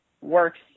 works